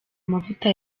mavuta